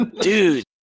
Dude